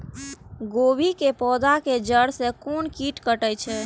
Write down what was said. गोभी के पोधा के जड़ से कोन कीट कटे छे?